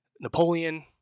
Napoleon